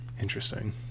interesting